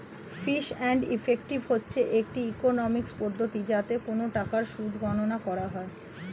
fees and effective হচ্ছে একটি economics পদ্ধতি যাতে কোন টাকার সুদ গণনা করা হয়